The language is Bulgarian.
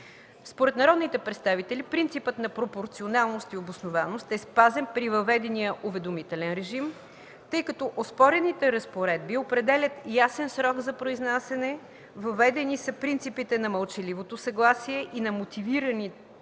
Според народните представители принципът на пропорционалност и обоснованост е спазен при въведения уведомителен режим, тъй като оспорените разпоредби определят ясен срок за произнасяне, въведени са принципите на мълчаливото съгласие и на мотивиране на